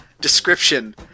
Description